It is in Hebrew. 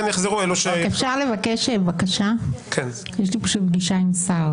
יש לי פגישה עם שר